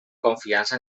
confiança